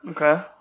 Okay